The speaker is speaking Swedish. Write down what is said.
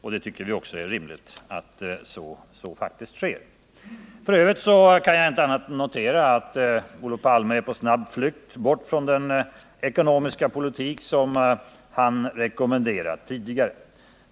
Vi tycker också att det är rimligt att så faktiskt sker. F. ö. kan jag inte annat än notera att Olof Palme är på snabb flykt bort från den ekonomiska politik som han tidigare rekommenderat.